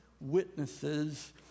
witnesses